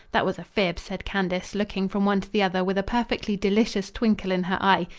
that was a fib, said candace, looking from one to the other with a perfectly delicious twinkle in her eye.